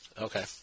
Okay